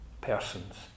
persons